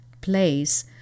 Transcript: place